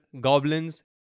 goblins